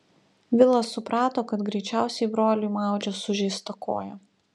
vilas suprato kad greičiausiai broliui maudžia sužeistą koją